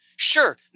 sure